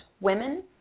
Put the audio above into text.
women